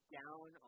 down